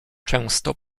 często